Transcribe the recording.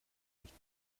nicht